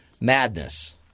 madness